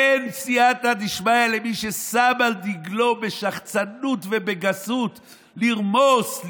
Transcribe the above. אין סייעתא שמיא למי ששם על דגלו בשחצנות ובגסות לרמוס,